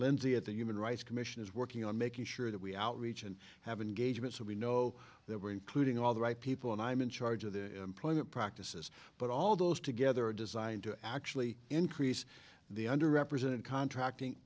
lindsay at the human rights commission is working on making sure that we outreach and have a gauge of it so we know there were including all the right people and i'm in charge of the employment practices but all those together are designed to actually increase the under represented contracting